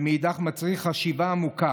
ומאידך מצריך חשיבה עמוקה